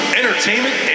entertainment